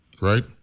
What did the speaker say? right